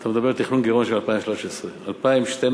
אתה מדבר על תכנון גירעון של 2013. 2012,